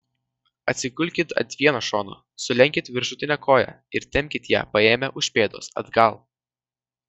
atsigulkit ant vieno šono sulenkit viršutinę koją ir tempkit ją paėmę už pėdos atgal